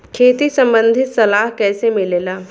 खेती संबंधित सलाह कैसे मिलेला?